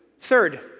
Third